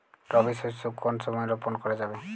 রবি শস্য কোন সময় রোপন করা যাবে?